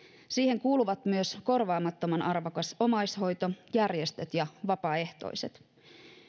siihen kuuluvat myös korvaamattoman arvokas omaishoito järjestöt ja vapaaehtoiset